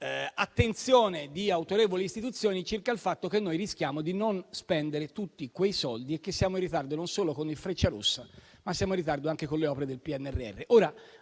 attenzione di autorevoli istituzioni circa il fatto che noi rischiamo di non spendere tutti quei soldi e che siamo in ritardo non solo con il Frecciarossa, ma anche con le opere del PNRR.